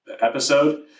episode